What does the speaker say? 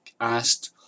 asked